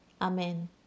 Amen